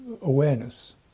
awareness